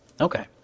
Okay